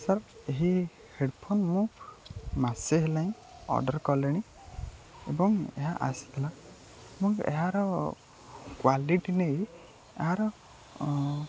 sir ଏହି headphone ମୁଁ ମାସେ ହେଲାଣି ଅର୍ଡ଼ର୍ କଲେଣି ଏବଂ ଏହା ଆସିଥିଲା ଏବଂ ଏହାର କ୍ୱାଲିଟି ନେଇ ଏହାର